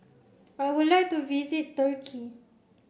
I would like to visit Turkey